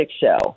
show